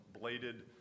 bladed